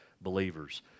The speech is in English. believers